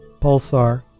pulsar